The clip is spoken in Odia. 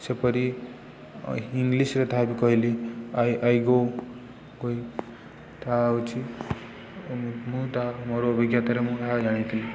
ସେପରି ଇଂଲିଶ୍ରେ ତାହା ବି କହିଲି ଆଇ ଆଇ ଗୋ ତାହା ହେଉଛି ମୁଁ ତାହା ମୋର ଅଭିଜ୍ଞତରେ ମୁଁ ଏହା ଜାଣିଥିଲି